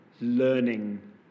learning